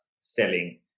selling